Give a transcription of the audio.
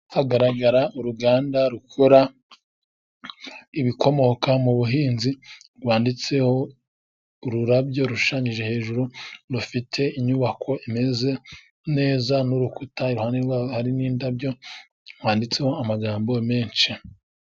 Hagaragara uruganda rukora ibikomoka mu buhinzi，rwanditseho ururabyo rushushanyije hejuru， rufite inyubako imeze neza， n'urukuta, iruhande rwaho hari n’indabyo， rwanditseho amagambo menshi.